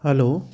hello